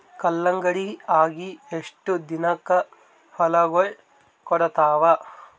ಕಲ್ಲಂಗಡಿ ಅಗಿ ಎಷ್ಟ ದಿನಕ ಫಲಾಗೋಳ ಕೊಡತಾವ?